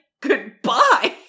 goodbye